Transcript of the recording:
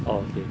orh okay